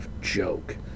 joke